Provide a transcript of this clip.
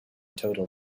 total